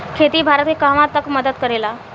खेती भारत के कहवा तक मदत करे ला?